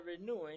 renewing